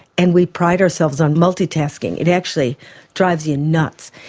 and we pride ourselves on multi-tasking, it actually drives you nuts.